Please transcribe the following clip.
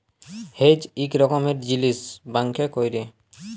hedge ইক রকমের জিলিস ব্যাংকে ক্যরে